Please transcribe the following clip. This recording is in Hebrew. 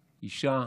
אישה,